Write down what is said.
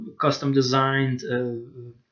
custom-designed